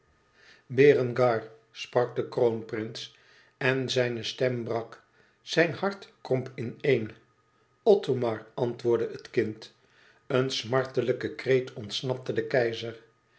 berengar sprak de kroonprins en zijne stem brak zijn hart kromp ineen othomar antwoordde het kind een smartelijke kreet ontsnapte den keizer